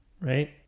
right